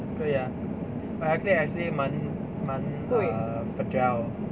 贵啊 but acrylic actually 蛮蛮 err fragile